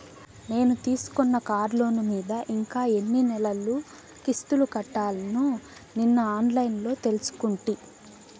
నేను తీసుకున్న కార్లోను మీద ఇంకా ఎన్ని నెలలు కిస్తులు కట్టాల్నో నిన్న ఆన్లైన్లో తెలుసుకుంటి